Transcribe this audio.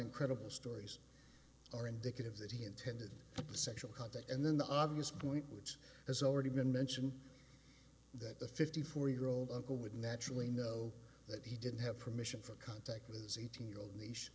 incredible stories are indicative that he intended sexual contact and then the obvious point which has already been mention that the fifty four year old uncle would naturally know that he didn't have permission for contact with his eighteen year old niece